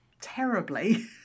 terribly